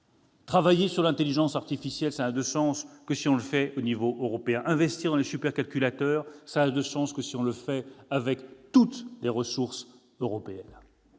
Travailler sur l'intelligence artificielle n'a de sens que si on le fait à l'échelle européenne. Investir dans les supercalculateurs n'a de sens que si l'on y emploie toutes les ressources européennes.